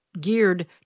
geared